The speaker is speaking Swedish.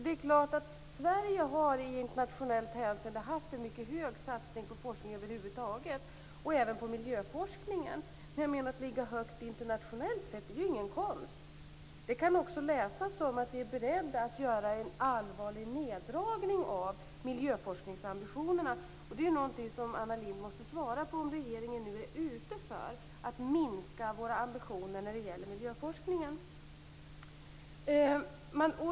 Det är klart att Sverige i internationellt hänseende har haft en mycket stor satsning på forskning över huvud taget. Det gäller även miljöforskningen. Men att ligga högt internationellt sett är ju ingen konst. Detta kan också läsas som att vi är beredda att göra en allvarlig neddragning av miljöforskningsambitionerna. Något som Anna Lindh nu måste svara på är om regeringen är ute efter att minska våra ambitioner när det gäller miljöforskningen.